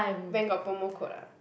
when got promo code ah